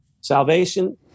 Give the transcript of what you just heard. salvation